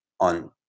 on